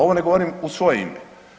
Ovo ne govorim u svoje ime.